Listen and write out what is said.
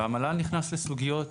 והמל"ל נכנס לסוגיות